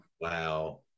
Wow